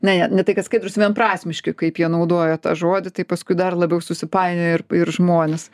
ne ne tai kad skaidrūs vienprasmiški kaip jie naudoja tą žodį tai paskui dar labiau susipainioja ir ir žmonės